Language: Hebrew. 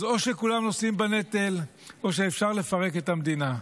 אז או שכולם נושאים בנטל או שאפשר לפרק את המדינה.